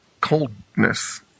coldness